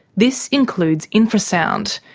this includes infrasound.